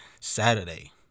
Saturday